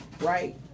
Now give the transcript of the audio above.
right